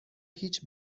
هیچ